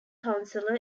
counsellor